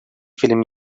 film